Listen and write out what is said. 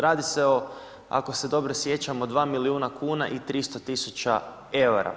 Radi se o, ako se dobro sjećam o 2 milijuna kn i 300 tisuća eura.